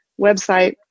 website